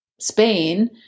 Spain